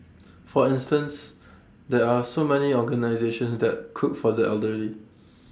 for instance there are so many organisations that cook for the elderly